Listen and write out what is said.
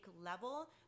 level